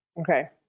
okay